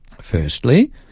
Firstly